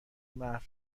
محو